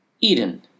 Eden